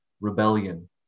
rebellion